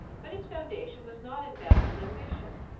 but its foundation was not in baffled ambition.